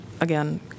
again